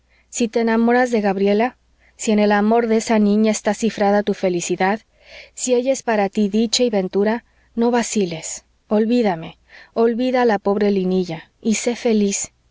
si te enamoras de gabriela si en el amor de esa niña esta cifrada tu felicidad si ella es para tí dicha y ventura no vaciles olvídame olvida a la pobre linilla y se feliz